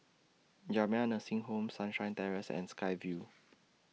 Jamiyah Nursing Home Sunshine Terrace and Sky Vue